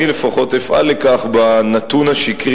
אני לפחות אפעל לכך ביחס לנתון השקרי